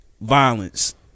violence